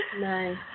Nice